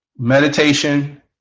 Meditation